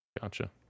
Gotcha